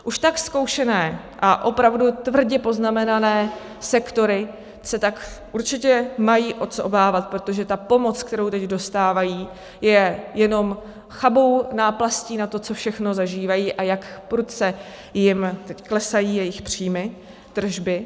Už tak zkoušené a opravdu tvrdě poznamenané sektory se tak určitě mají o co obávat, protože ta pomoc, kterou teď dostávají, je jenom chabou náplastí na to, co všechno zažívají a jak prudce jim teď klesají jejich příjmy, tržby.